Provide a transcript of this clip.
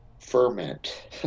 ferment